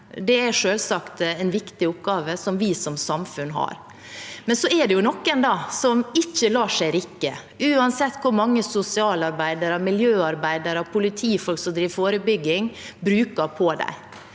Det er selvsagt en viktig oppgave vi som samfunn har. Men så er det noen som ikke lar seg rikke, uansett hvor mange sosialarbeidere, miljøarbeidere og politifolk vi bruker til